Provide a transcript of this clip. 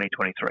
2023